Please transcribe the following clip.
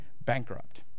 bankrupt